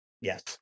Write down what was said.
Yes